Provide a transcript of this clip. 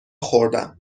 خوردم